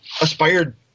aspired